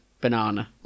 Banana